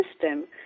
system